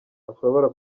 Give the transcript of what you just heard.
ushobora